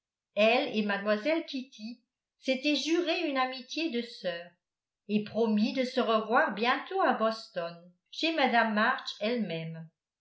elle et mlle kitty s'étaient juré une amitié de sœurs et promis de se revoir bientôt à boston chez mme march elle-même